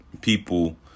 people